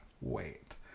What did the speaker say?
wait